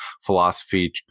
philosophy